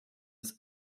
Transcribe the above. des